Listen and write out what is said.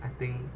I think